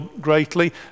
greatly